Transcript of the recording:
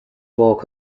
walk